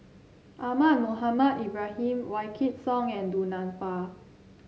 Ahmad Mohamed Ibrahim Wykidd Song and Du Nanfa